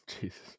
Jesus